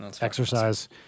exercise